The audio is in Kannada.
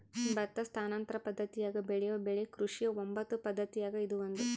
ಭತ್ತ ಸ್ಥಾನಾಂತರ ಪದ್ದತಿಯಾಗ ಬೆಳೆಯೋ ಬೆಳೆ ಕೃಷಿಯ ಒಂಬತ್ತು ಪದ್ದತಿಯಾಗ ಇದು ಒಂದು